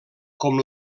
com